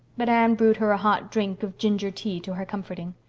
but anne brewed her a hot drink of ginger tea to her comforting.